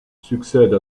succède